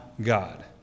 God